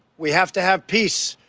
we have to have peace.